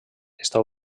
està